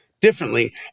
differently